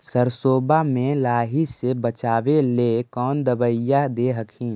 सरसोबा मे लाहि से बाचबे ले कौन दबइया दे हखिन?